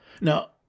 Now